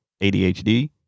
ADHD